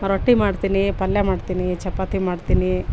ರೊಟ್ಟಿ ಮಾಡ್ತೀನಿ ಪಲ್ಯ ಮಾಡ್ತೀನಿ ಚಪಾತಿ ಮಾಡ್ತೀನಿ